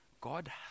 God